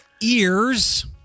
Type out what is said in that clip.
Ears